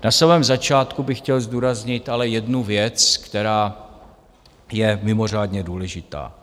Na samém začátku bych chtěl zdůraznit ale jednu věc, která je mimořádně důležitá.